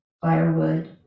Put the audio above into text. firewood